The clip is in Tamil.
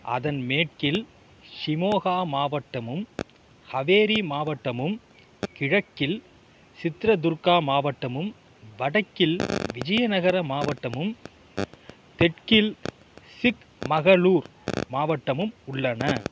அதன் மேற்கில் ஷிமோகா மாவட்டமும் ஹவேரி மாவட்டமும் கிழக்கில் சித்ரதுர்கா மாவட்டமும் வடக்கில் விஜயநகர மாவட்டமும் தெற்கில் சிக்மகளூர் மாவட்டமும் உள்ளன